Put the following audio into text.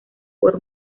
por